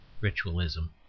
ritualism